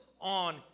on